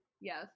yes